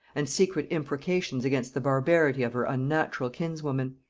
and secret imprecations against the barbarity of her unnatural kinswoman.